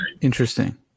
Interesting